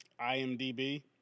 IMDB